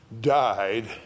died